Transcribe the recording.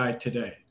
today